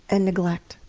and neglect,